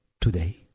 today